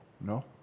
No